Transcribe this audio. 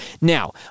Now